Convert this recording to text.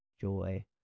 joy